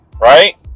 right